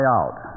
out